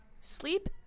sleep